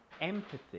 empathy